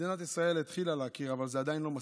מדינת ישראל התחילה להכיר, אבל זה עדיין לא מספיק,